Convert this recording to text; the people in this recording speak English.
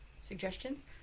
suggestions